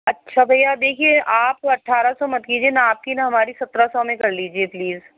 اچھا بھیا دیکھیے آپ اٹھارہ سو مت کیجیے نا آپ کی نا ہماری سترہ سو میں کر لیجیے پلیز